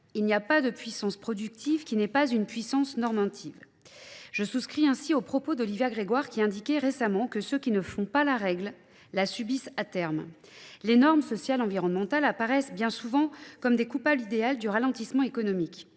Il n'y a pas de puissance productive qui n'est pas une puissance normative. Je souscris ainsi aux propos d'Olivia Grégoire qui indiquait récemment que ceux qui ne font pas la règle la subissent à terme. Les normes sociales et environnementales apparaissent bien souvent comme des coupables idéales du ralentissement économique.